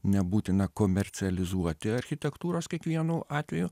nebūtina komercializuoti architektūros kiekvienu atveju